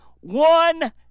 one